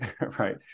right